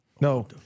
No